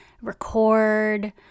record